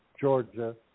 Georgia